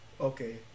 Okay